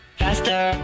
faster